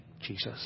Jesus